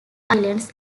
islands